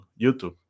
YouTube